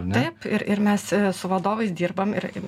taip ir ir mes su vadovais dirbam ir